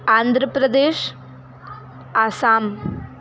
Andhra Pradesh Assam